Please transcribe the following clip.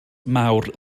mawr